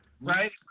right